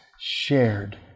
shared